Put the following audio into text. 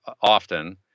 often